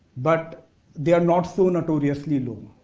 but they are not so notoriously low.